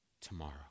tomorrow